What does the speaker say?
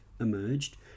emerged